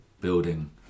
building